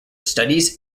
studies